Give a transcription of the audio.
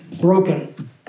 broken